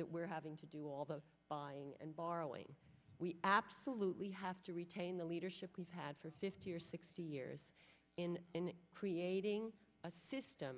that we're having to do all the buying and borrowing we absolutely have to retain the leadership we've had for fifty or sixty years in creating a system